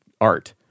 art